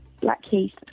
Blackheath